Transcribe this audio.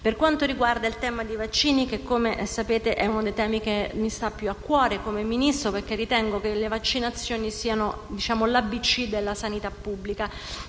Per quanto riguarda il tema dei vaccini che, come sapete, è uno dei temi che mi stanno più a cuore come Ministro, perché ritengo che le vaccinazioni siano l'ABC della sanità pubblica,